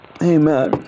Amen